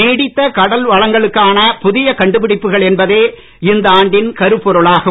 நீடித்த கடல் வளங்களுக்கான புதிய கண்டுபிடிப்புகள் என்பதே இந்தாண்டின் கரு பொளாகும்